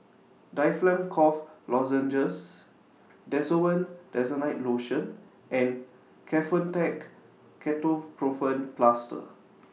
Difflam Cough Lozenges Desowen Desonide Lotion and Kefentech Ketoprofen Plaster